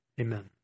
Amen